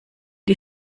die